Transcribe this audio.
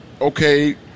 okay